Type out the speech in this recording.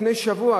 לפני שבוע,